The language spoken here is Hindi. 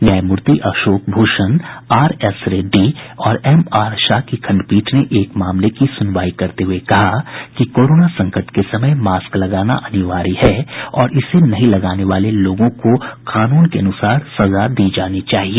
न्यायमूर्ति अशोक भूषण आरएस रेड्डी और एमआर शाह की खंडपीठ ने एक मामले की सुनवाई करते हुये कहा कि कोरोना संकट के समय मास्क लगाना अनिवार्य है और इसे नहीं लगाने वाले लोगों को कानून के अनुसार सजा दी जानी चाहिए